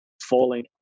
falling